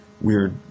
weird